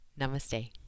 Namaste